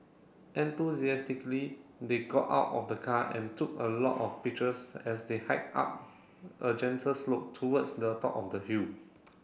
enthusiastically they got out of the car and took a lot of pictures as they hiked up a gentle slope towards the top of the hill